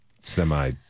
semi